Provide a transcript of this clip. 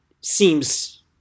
seems